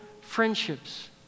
friendships